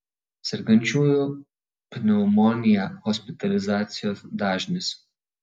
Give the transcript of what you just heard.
sergančiųjų pneumonija hospitalizacijos dažnis